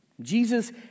Jesus